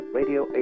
Radio